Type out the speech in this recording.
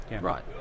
Right